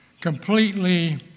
completely